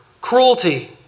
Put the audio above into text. cruelty